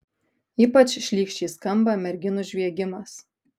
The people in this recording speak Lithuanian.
ypač šlykščiai skamba merginų žviegimas